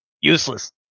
useless